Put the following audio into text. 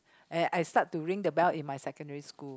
and I start to ring the bell in my secondary school